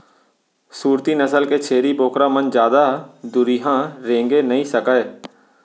सूरती नसल के छेरी बोकरा मन जादा दुरिहा रेंगे नइ सकय